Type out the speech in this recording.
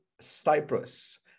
Cyprus